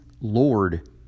Lord